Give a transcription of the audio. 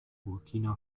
burkina